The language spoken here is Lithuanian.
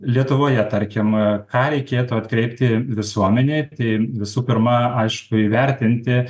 lietuvoje tarkim ką reikėtų atkreipti visuomenei tai visų pirma aišku įvertinti